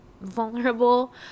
vulnerable